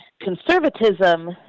conservatism